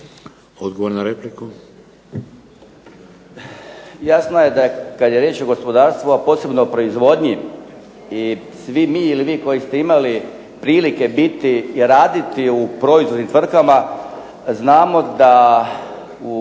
Željko (HDZ)** Jasno je da kada je riječ o gospodarstvu a posebno proizvodnji i svi mi ili vi koji ste imali prilike biti i raditi u proizvodnim tvrtkama znamo da u